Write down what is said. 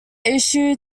issue